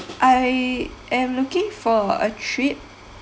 I am looking for a trip